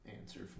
answer